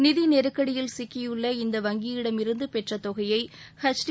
நிதிநெருக்கடியில் சிக்கியுள்ள இந்த வங்கியிடமிருந்து பெற்ற தொகையை எச் டி